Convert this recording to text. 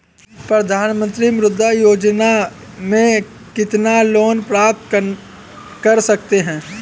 प्रधानमंत्री मुद्रा योजना में कितना लोंन प्राप्त कर सकते हैं?